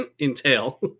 entail